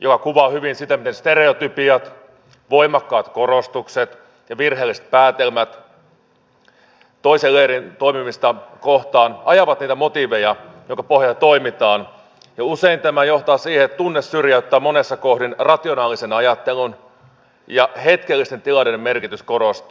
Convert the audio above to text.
joka kuvaa hyvin sitä miten stereotypiat voimakkaat korostukset ja virheelliset päätelmät toisen leirin toimimista kohtaan ajavat niitä motiiveja joiden pohjalta toimitaan ja usein tämä johtaa siihen että tunne syrjäyttää monessa kohdin rationaalisen ajattelun ja hetkellisten tilanteiden merkitys korostuu